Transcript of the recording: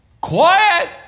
quiet